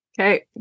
Okay